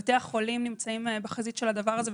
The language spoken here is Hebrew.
בתי החולים נמצאים בחזית של הדבר הזה,